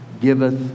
giveth